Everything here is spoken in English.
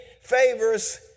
favors